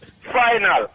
final